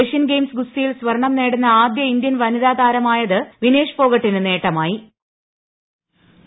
Asian Games ഗുസ്തിയിൽ സ്വർണം നേടുന്ന ആദ്യ ഇന്ത്യൻ വനിതാ താരമായുതാണ് വിനേഷ് ഫോഗട്ടിന് നേട്ടമായത്